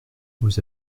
vous